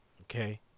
Okay